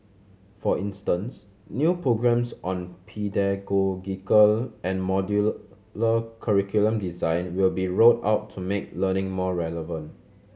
for instance new programmes on pedagogical and modular curriculum design will be rolled out to make learning more relevant